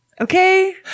Okay